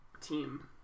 team